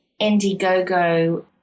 Indiegogo